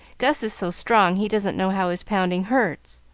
gus is so strong he doesn't know how his pounding hurts.